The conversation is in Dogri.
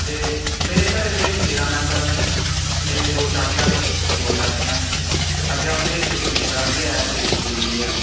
मेरे घरे दे तेरां मेम्बर न मेरे दो चाचे न ते दो चाचियां न अग्गें उं'दे इक इक मुड़ा बी ऐ ते कुड़ी बी ऐ